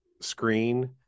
screen